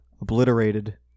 obliterated